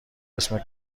اسم